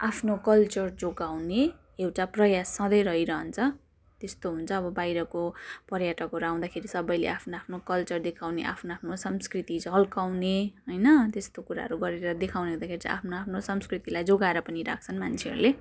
आफ्नो कल्चर जोगाउने एउटा प्रयास सधैँ रहिरहन्छ त्यस्तो हुन्छ अब बाहिरको पर्यटकहरू आउँदाखेरि सबले आफ्नो आफ्नो कल्चर देखाउने आफ्नो आफ्नो संस्कृति झल्काउने होइन त्यस्तो कुराहरू गरेर देखाउने त के छ आफ्नो आफ्नो संस्कृतिलाई जोगाएर पनि राख्छन् मान्छेहरूले